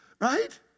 Right